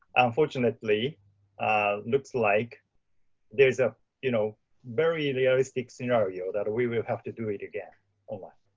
unfortunately looks like there's ah you know very realistic scenario that we we will have to do it again online.